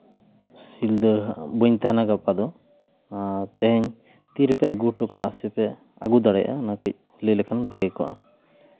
ᱥᱤᱞᱫᱟᱹ ᱵᱟᱹᱧ ᱛᱟᱦᱮᱱᱟ ᱜᱟᱯᱟ ᱫᱚ ᱛᱮᱦᱮᱧ ᱛᱤᱨᱮᱯᱮ ᱟᱹᱜᱩ ᱦᱚᱴᱚ ᱠᱟᱜᱼᱟ ᱥᱮᱯᱮ ᱟᱹᱜᱩ ᱫᱟᱲᱮᱭᱟᱜᱼᱟ ᱚᱱᱟ ᱠᱟᱹᱡ ᱞᱟᱹᱭ ᱞᱮᱠᱷᱟᱱ ᱵᱷᱟᱹᱜᱤ ᱠᱚᱜᱼᱟ